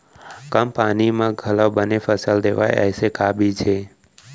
कम पानी मा घलव बने फसल देवय ऐसे का बीज हे?